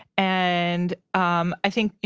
and um i think, you